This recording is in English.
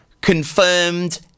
confirmed